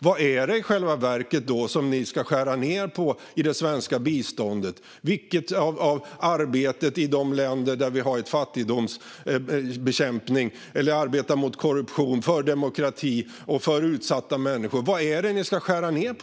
Vad är det i själva verket ni ska skära ned på i det svenska biståndet? Vad är det i de länder där vi har fattigdomsbekämpning eller arbetar mot korruption och för demokrati och för utsatta människor som ni skära ned på?